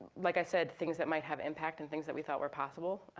like i said, things that might have impact and things that we thought were possible.